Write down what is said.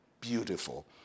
beautiful